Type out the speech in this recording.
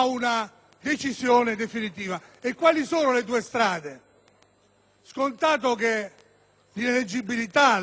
Scontato che le